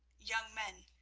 young men,